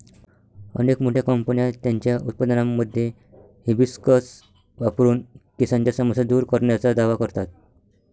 अनेक मोठ्या कंपन्या त्यांच्या उत्पादनांमध्ये हिबिस्कस वापरून केसांच्या समस्या दूर करण्याचा दावा करतात